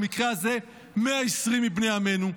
במקרה הזה 120 מבני עמנו,